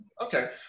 Okay